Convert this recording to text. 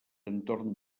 entorn